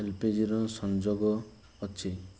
L P G ର ସଂଯୋଗ ଅଛି